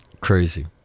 Crazy